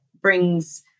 brings